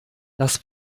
das